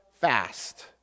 fast